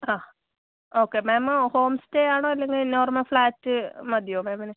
ആ okay ma'am home stay ആണോ അല്ലെങ്കിൽ നോർമൽ ഫ്ലാറ്റ് മതിയോ മാമിന്